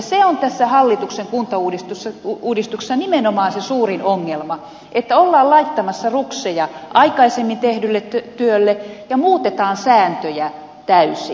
se on tässä hallituksen kuntauudistuksessa nimenomaan se suurin ongelma että ollaan laittamassa rukseja aikaisemmin tehdylle työlle ja muutetaan sääntöjä täysin